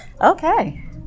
Okay